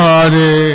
Hare